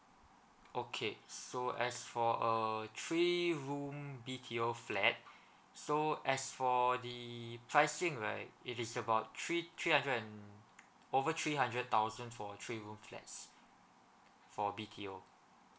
okay so as for a three room B_T_O flat so as for the pricing right it is about three three hundred and over three hundred thousand for three room flats for B_T_O